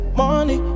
money